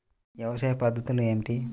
వ్యవసాయ పద్ధతులు ఏమిటి?